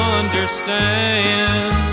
understand